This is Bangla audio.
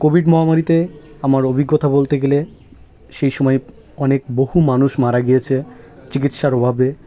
কোভিড মহামারীতে আমার অভিজ্ঞতা বলতে গেলে সেই সময় অনেক বহু মানুষ মারা গিয়েছে চিকিৎসার অভাবে